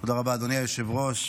(חובת איתור בעלי חשבונות ללא תנועה),